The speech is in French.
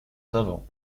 savants